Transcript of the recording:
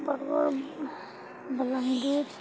Bargarh Balangir